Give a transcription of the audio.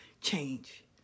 change